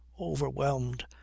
overwhelmed